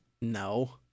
No